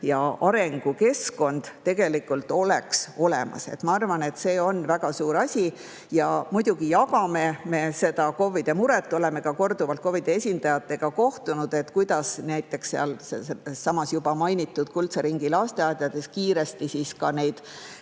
ja arengukeskkond tegelikult oleks olemas. Ma arvan, et see on väga suur asi. Muidugi jagame me seda KOV‑ide muret – oleme ka korduvalt KOV‑ide esindajatega kohtunud –, kuidas näiteks sealsamas juba mainitud kuldse ringi lasteaedades kiiresti neid